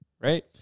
Right